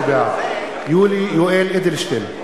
בעד יולי יואל אדלשטיין,